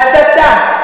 הסתה.